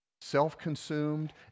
self-consumed